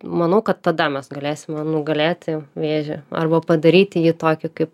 manau kad tada mes galėsime nugalėti vėžį arba padaryti jį tokiu kaip